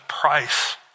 price